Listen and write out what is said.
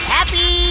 Happy